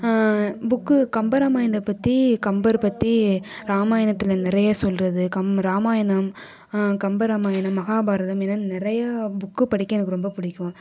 book Kamba Ramayanam பற்றி கம்பர் பற்றி ராமாயணத்தில் நிறையா சொல்வது கம்ப ராமாயணம் கம்ப ராமாயணம் மகாபாரதம் இன்னும் நிறையா புக்கு படிக்க எனக்கு ரொம்ப பிடிக்கும்